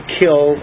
kill